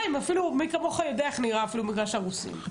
מי כמוך יודע איך נראה מגרש הרוסים.